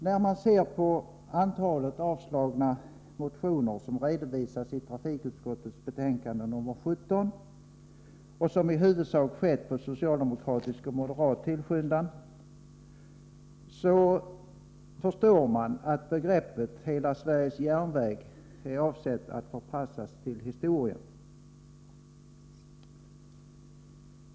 När man ser på antalet avstyrkta — i huvudsak på socialdemokratisk och moderat tillskyndan — motioner som redovisas i trafikutskottets betänkande 17, förstår man att begreppet ”hela svenska folkets järnväg” är avsett att förpassas till historien.